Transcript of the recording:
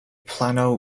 plano